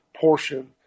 portion